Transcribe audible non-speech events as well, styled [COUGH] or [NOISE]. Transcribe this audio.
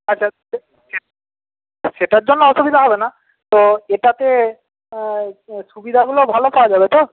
আচ্ছা [UNINTELLIGIBLE] সেটার জন্য অসুবিধা হবে না তো এটাতে সুবিধাগুলো ভালো পাওয়া যাবে তো